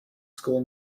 score